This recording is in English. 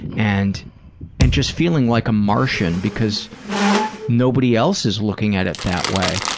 and and just feeling like a martian because nobody else is looking at it that way.